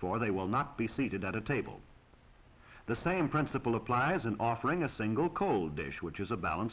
for they will not be seated at a table the same principle applies in offering a single cold days which is a balance